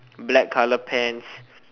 black colour pants